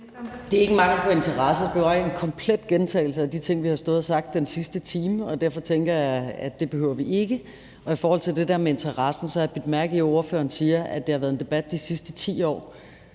Det er ikke mangel på interesse. Det var en komplet gentagelse af de ting, vi har stået og sagt i den sidste time, og derfor tænker jeg, at det behøver vi ikke gøre. I forhold til det der med interessen har jeg bidt mærke i, at ordføreren siger, at det har været en debat de sidste 10 år.